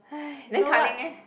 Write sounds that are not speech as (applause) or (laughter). (breath) then Ka-Ling leh